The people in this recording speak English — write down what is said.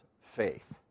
faith